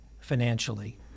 financially